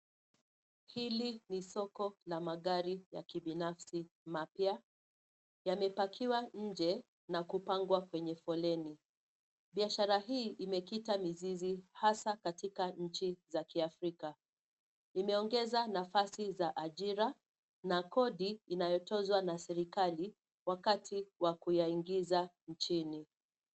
Hili ni soko la magari ya kibinafsi mapya. Yamepakiwa nje na kupangwa kwenye foleni. Biashara hii imekita mizizi hasa katika nchi za kiafrika. Imeongeza nafasi za ajira na kodi inayotozwa na serikali wakati wa kuyaingiza nchini.